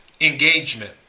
engagement